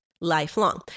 lifelong